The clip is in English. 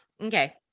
Okay